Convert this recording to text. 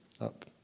up